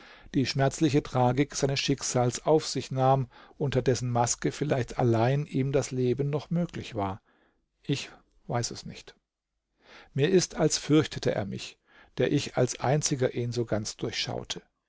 die schmerzliche tragik eines schicksals auf sich nahm unter dessen maske vielleicht allein ihm das leben noch möglich war ich weiß es nicht mir ist als fürchtete er mich der ich als einziger ihn so ganz durchschaute